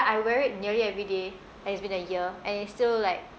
I wear it nearly every day and it's been a year and it's still like